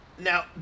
now